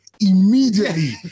immediately